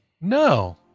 No